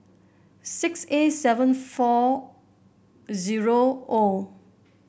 six A seven four zero O